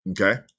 okay